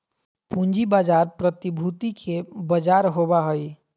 पूँजी बाजार प्रतिभूति के बजार होबा हइ